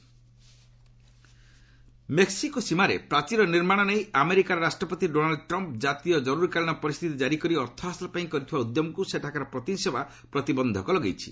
US Trump vote Mexico ସୀମାରେ ପ୍ରାଚୀର ନିର୍ମାଣ ନେଇ ଆମେରିକାର ରାଷ୍ଟ୍ରପତି ଡୋନାଲୁ ଟ୍ରମ୍ପ୍ କାତୀୟ କରୁରୀକାଳୀନ ପରିସ୍ଥିତି କାରି କରି ଅର୍ଥ ହାସଲ ପାଇଁ କରିଥିବା ଉଦ୍ୟମକୁ ସେଠାକାର ପ୍ରତିନିଧି ସଭା ପ୍ରତିବନ୍ଧକ ଲଗାଇଛି